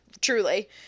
truly